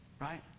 right